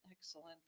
Excellent